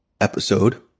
episode